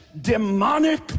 demonic